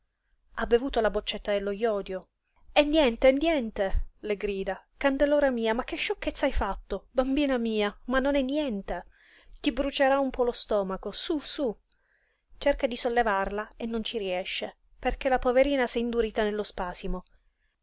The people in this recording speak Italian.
ha bevuto la boccetta del jodio è niente è niente le grida candelora mia ma che sciocchezza hai fatto bambina mia ma non è niente ti brucerà un po lo stomaco sú sú cerca di sollevarla e non ci riesce perché la poverina s'è indurita nello spasimo